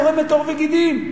קורמת עור וגידים.